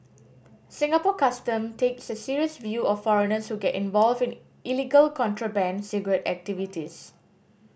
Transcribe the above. Singapore Custom takes a serious view of foreigners who get involved in illegal contraband cigarette activities